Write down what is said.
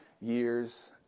years